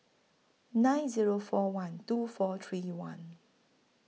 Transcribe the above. nine Zero four one two four three one